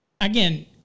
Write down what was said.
again